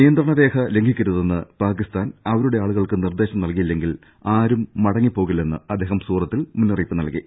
നിയന്ത്രണരേഖ ലംഘിക്കരുതെന്ന് പാക്കിസ്ഥാൻ അവരുടെ ആളുകൾക്ക് നിർദ്ദേശം നൽകിയില്ലെങ്കിൽ ആരും മടങ്ങിപ്പോ കില്ലെന്ന് അദ്ദേഹം സൂറത്തിൽ മുന്നറിയിപ്പ് നൽകി